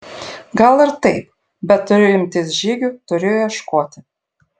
gal ir taip bet turiu imtis žygių turiu ieškoti